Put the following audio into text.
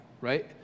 right